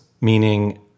meaning